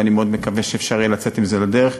ואני מאוד מקווה שאפשר יהיה לצאת עם זה לדרך.